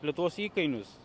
lietuvos įkainius